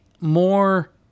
more